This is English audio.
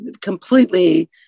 Completely